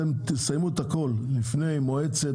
שתסיימו הכול לפני מועצת,